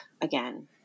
again